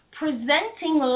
presenting